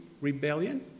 rebellion